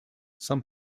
some